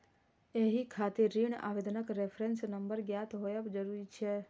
एहि खातिर ऋण आवेदनक रेफरेंस नंबर ज्ञात होयब जरूरी छै